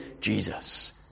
Jesus